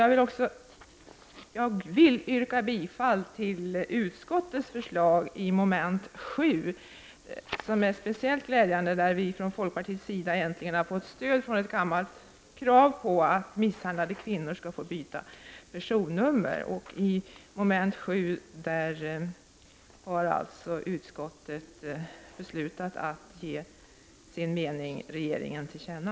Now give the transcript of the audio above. Jag yrkar bifall till utskottets förslag under mom. 7, som är speciellt glädjande. Där har vi i folkpartiet äntligen fått stöd för ett gammalt krav på att misshandlade kvinnor skall få byta personnummer. Detta har alltså utskottet föreslagit att ge som sin mening regeringen till känna.